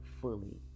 fully